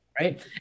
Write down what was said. right